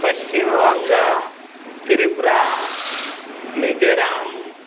Paschimbanga Tripura Mizoram